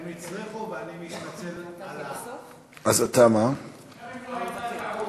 גם אם לא הייתה טעות, איילת היא כבוד